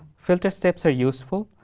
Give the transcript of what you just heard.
filter steps are useful